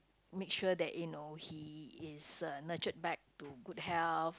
make sure that you know he is uh nurtured back to good health